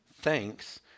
thanks